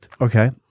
Okay